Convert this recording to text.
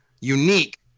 unique